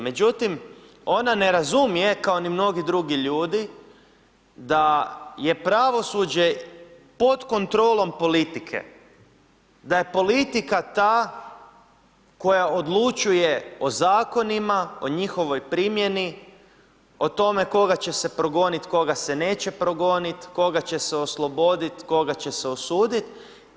Međutim, ona ne razumije kao ni mnogi drugi ljudi da je pravosuđe pod kontrolom politike, da je politika ta koja odlučuje o zakonima, o njihovoj primjeni, o tome koga će se progoniti, koga se neće progoniti, koga će se osloboditi, koga će se osuditi.